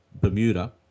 Bermuda